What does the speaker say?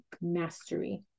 mastery